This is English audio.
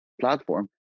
platform